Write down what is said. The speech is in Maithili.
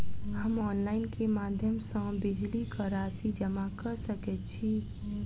हम ऑनलाइन केँ माध्यम सँ बिजली कऽ राशि जमा कऽ सकैत छी?